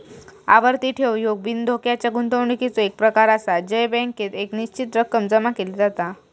आवर्ती ठेव ह्यो बिनधोक्याच्या गुंतवणुकीचो एक प्रकार आसा जय बँकेत एक निश्चित रक्कम जमा केली जाता